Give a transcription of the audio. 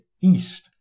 east